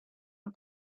the